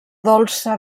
dolça